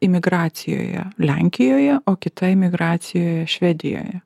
imigracijoje lenkijoje o kita imigracijoje švedijoje